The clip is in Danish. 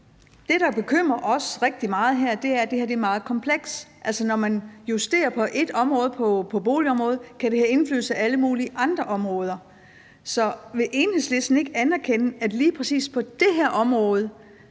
Det, der bekymrer os rigtig meget her, er, at det her er meget komplekst. Altså, når man justerer på ét område inden for boligområdet, kan det have indflydelse på alle mulige andre områder. Så vil Enhedslisten ikke anerkende, at lige præcis på det her område,